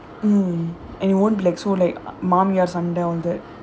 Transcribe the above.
mm and won't be like so like madam yes I'm there all that